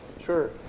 Sure